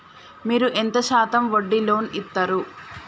మీరు ఎంత శాతం వడ్డీ లోన్ ఇత్తరు?